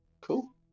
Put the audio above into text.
Cool